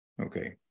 Okay